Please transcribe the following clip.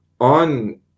on